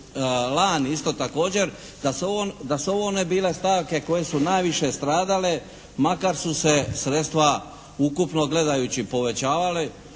lani isto također, da se ovo one bile stavke koje su najviše stradale makar su se sredstva ukupno gledajući povećavala